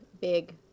big